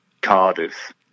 Cardiff